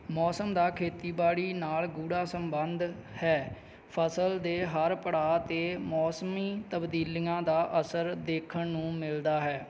ਮੌਸਮ ਦਾ ਖੇਤੀਬਾੜੀ ਨਾਲ ਗੂੜਾ ਸੰਬੰਧ ਹੈ ਫਸਲ ਦੇ ਹਰ ਪੜਾਅ 'ਤੇ ਮੌਸਮੀ ਤਬਦੀਲੀਆਂ ਦਾ ਅਸਰ ਦੇਖਣ ਨੂੰ ਮਿਲਦਾ ਹੈ